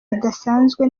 bidasanzwe